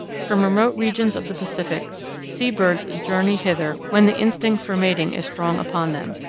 from remote regions of the pacific sea birds journey hither when the instinct for mating is strong upon them.